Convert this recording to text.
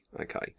Okay